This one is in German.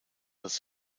als